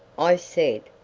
i said,